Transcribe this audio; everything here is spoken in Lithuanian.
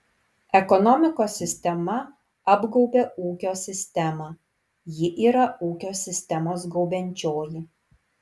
ekonomikos sistema apgaubia ūkio sistemą ji yra ūkio sistemos gaubiančioji